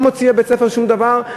לא מוציאים מבית-הספר שום דבר,